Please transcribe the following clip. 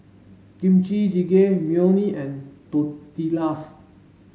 Kimchi Jjigae Imoni and Tortillas